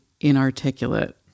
inarticulate